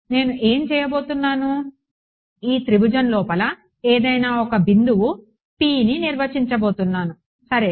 నేను ఏమి చేయబోతున్నాను ఈ త్రిభుజం లోపల ఏదైనా ఒక బిందువు pని నిర్వచించబోతున్నాను సరే